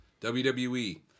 WWE